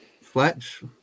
fletch